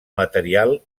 material